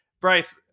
Bryce